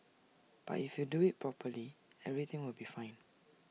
but if you do IT properly everything will be fine